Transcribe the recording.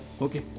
Okay